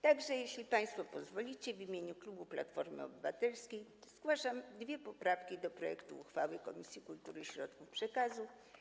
Tak że, jeśli państwo pozwolicie, w imieniu klubu Platformy Obywatelskiej zgłaszam dwie poprawki do projektu uchwały Komisji Kultury i Środków Przekazu.